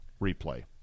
replay